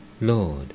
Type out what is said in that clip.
Lord